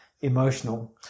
emotional